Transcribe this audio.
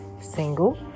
single